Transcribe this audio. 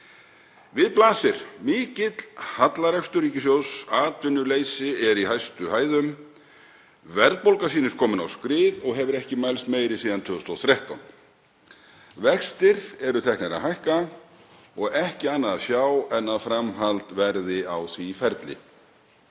Við blasir mikill hallarekstur ríkissjóðs. Atvinnuleysi er í hæstu hæðum, verðbólga sýnist komin á skrið og hefur ekki mælst meiri síðan 2013. Vextir eru teknir að hækka og ekki annað að sjá en að framhald verði á því ferli.